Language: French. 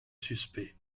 suspect